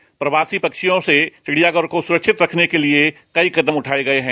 बाहरी प्रवासी पक्षियों से चिड़ियाघर को सुरक्षित रखने के लिए कई कदम उठाए गए हैं